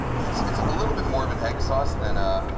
it's it's a little bit more of an egg sauce than a